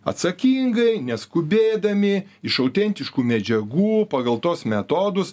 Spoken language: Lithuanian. atsakingai neskubėdami iš autentiškų medžiagų pagal tuos metodus